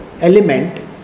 element